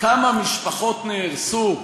כמה משפחות נהרסו.